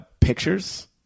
pictures